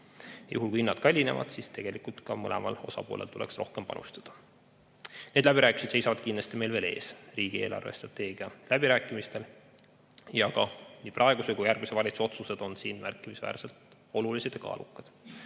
Juhul kui hinnad kallinevad, tuleks tegelikult mõlemal osapoolel rohkem panustada. Need läbirääkimised seisavad meil kindlasti veel ees riigi eelarvestrateegia läbirääkimistel. Nii praeguse kui ka järgmise valitsuse otsused on siin märkimisväärselt olulised ja kaalukad.